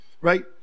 right